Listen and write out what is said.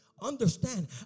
understand